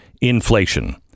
inflation